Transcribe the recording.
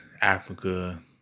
Africa